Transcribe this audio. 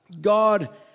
God